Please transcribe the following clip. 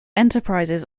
enterprises